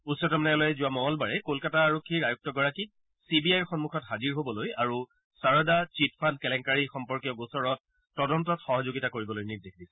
উচ্চতম ন্যায়ালয়ে যোৱা মঙলবাৰে কলকাতা আৰক্ষীৰ আয়ুক্তগৰাকীক চি বি আইৰ সন্মুখত হাজিৰ হবলৈ আৰু সাৰদা চীট ফাণ্ড কেলেংকাৰী সম্পৰ্কীয় গোচৰত তদন্তত সহযোগিতা কৰিবলৈ নিৰ্দেশ দিছিল